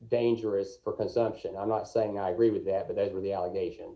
dangerous for consumption i'm not saying i agree with that but there are the allegation